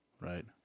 Right